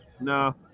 No